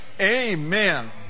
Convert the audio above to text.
Amen